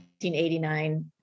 1989